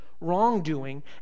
wrongdoing